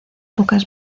pocas